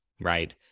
right